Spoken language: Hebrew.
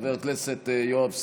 חבר הכנסת יואב סגלוביץ'